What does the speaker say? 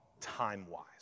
time-wise